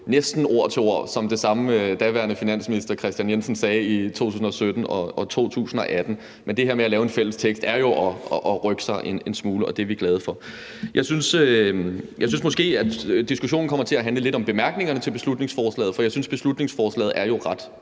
næsten ord til ord lød som det, daværende finansminister Kristian Jensen sagde i 2017 og 2018, men det her med at lave en fælles tekst er jo at rykke sig en smule, og det er vi glade for. Jeg synes måske, at diskussionen kommer til at handle lidt om bemærkningerne til beslutningsforslaget. For jeg synes jo, beslutningsforslaget er ret